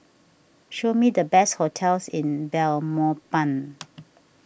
show me the best hotels in Belmopan